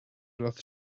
das